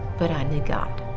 but i knew god.